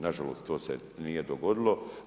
Nažalost, to se nije dogodilo.